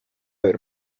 ver